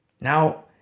Now